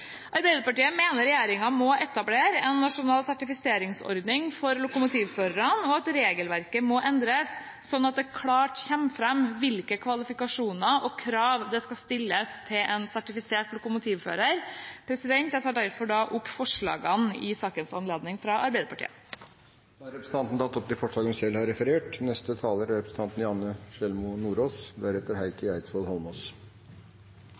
Arbeiderpartiet mener regjeringen må etablere en nasjonal sertifiseringsordning for lokomotivførere, og at regelverket må endres slik at det klart kommer fram hvilke kvalifikasjoner og krav som skal stilles til en sertifisert lokomotivfører. Jeg tar derfor opp forslagene fra Arbeiderpartiet i denne saken. Representanten Karianne O. Tung har tatt opp de forslagene hun refererte til. For Senterpartiet er